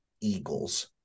eagles